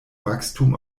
wachstum